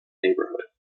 neighborhood